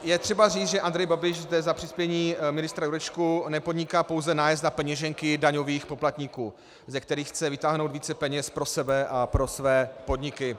Je třeba říct, že Andrej Babiš zde za přispění ministra Jurečky nepodniká pouze nájezd na peněženky daňových poplatníků, ze kterých chce vytáhnout více peněz pro sebe a pro své podniky.